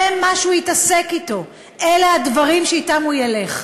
זה מה שהוא יתעסק אתו, אלה הדברים שאתם הוא ילך.